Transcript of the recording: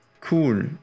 cool